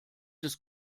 des